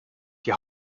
die